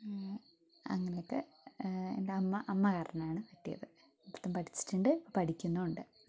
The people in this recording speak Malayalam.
അങ്ങനെയൊക്കെ എൻ്റെ അമ്മ അമ്മ കാരണമാണ് പറ്റിയത് നൃത്തം പഠിച്ചിട്ടുണ്ട് പഠിക്കുന്നുമുണ്ട്